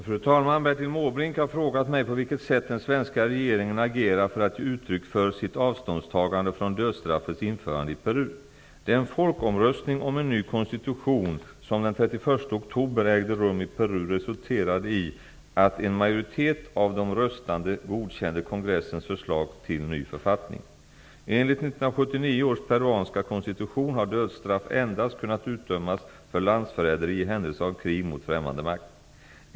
Fru talman! Bertil Måbrink har frågat mig på vilket sätt den svenska regeringen agerar för att ge uttryck för sitt avståndstagande från dödsstraffets införande i Peru. Enligt 1979 års peruanska konstitution har dödsstraff endast kunnat utdömas för landsförräderi i händelse av krig mot främmande makt.